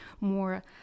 more